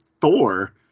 Thor